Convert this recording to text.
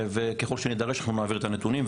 ככל שנדרש נעביר את הנתונים.